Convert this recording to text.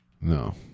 No